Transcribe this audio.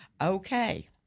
Okay